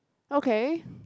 okay